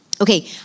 Okay